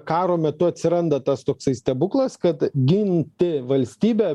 karo metu atsiranda tas toksai stebuklas kad ginti valstybę